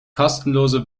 kostenlose